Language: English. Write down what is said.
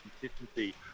consistency